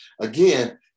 again